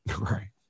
Right